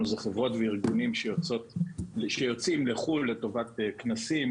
זה חברות וארגונים שיוצאים לחו"ל לטובת כנסים,